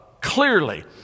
clearly